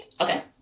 Okay